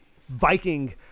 Viking